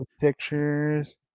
Pictures